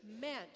meant